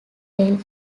rail